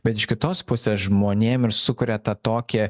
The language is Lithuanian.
bet iš kitos pusės žmonėm ir sukuria tą tokį